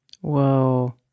Whoa